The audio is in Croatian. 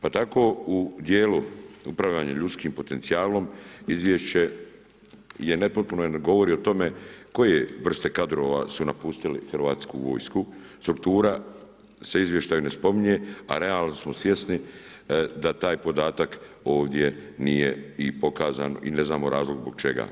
Pa tako u dijelu upravljanja ljudskim potencijalom Izvješće je nepotpuno jer ne govori o tome koje vrste kadrova su napustili HV, struktura se u izvještaju ne spominje, a realno smo svjesni da taj podatak ovdje nije i pokazan i ne znamo razlog zbog čega.